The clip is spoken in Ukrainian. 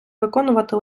виконувати